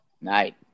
night